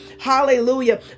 Hallelujah